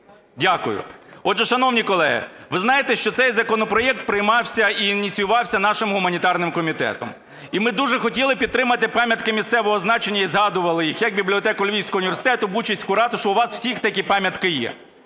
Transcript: Дякую. Отже, шановні колеги, ви знаєте, що цей законопроект приймався і ініціювався нашим гуманітарним комітетом. І ми дуже хотіли підтримати пам'ятки місцевого значення і згадували їх як бібліотеку Львівського університету, Бучацьку ратушу. У вас всіх таки пам'ятки є.